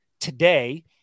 Today